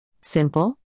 Simple